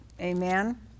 Amen